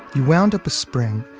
you wound up a spring,